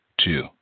Two